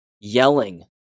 yelling